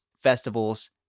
festivals